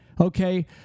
okay